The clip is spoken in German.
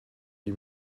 die